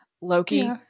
Loki